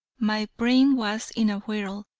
my brain was in a whirl.